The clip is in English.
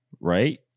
right